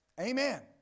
Amen